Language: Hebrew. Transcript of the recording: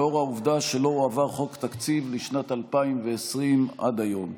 לאור העובדה שלא הועבר חוק תקציב לשנת 2020 עד היום.